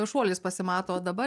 šuolis pasimato o dabar